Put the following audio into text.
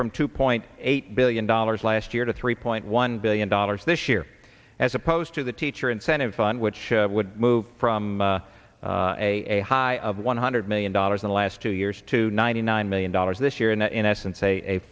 from two point eight billion dollars last year to three point one billion dollars this year as opposed to the teacher incentive fund which would move from a high of one hundred million dollars in the last two years to ninety nine million dollars this year and in essence a a